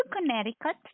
Connecticut